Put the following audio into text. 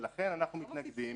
ולכן אנחנו מתנגדים.